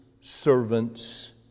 servants